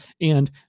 And-